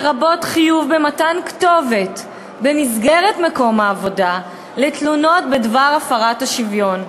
לרבות חיוב במתן כתובת במסגרת מקום העבודה לתלונות בדבר הפרת השוויון.